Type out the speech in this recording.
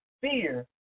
fear